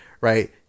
right